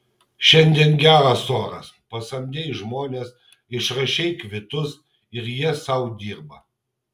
šiandien geras oras pasamdei žmones išrašei kvitus ir jie sau dirba